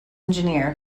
engineer